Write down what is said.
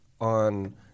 on